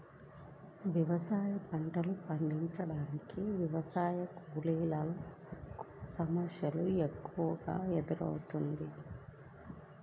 వ్యవసాయ పంటలు పండించటానికి వ్యవసాయ కూలీల సమస్య ఎక్కువగా ఎదురౌతున్నది